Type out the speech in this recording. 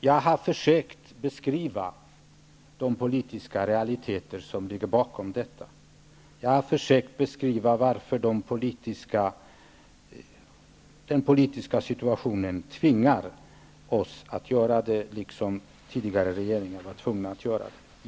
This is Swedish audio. Jag har försökt att beskriva de politiska realiteter som ligger bakom detta, och jag har försökt att beskriva varför den politiska situationen tvingar oss till detta liksom tidigare regeringar.